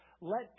let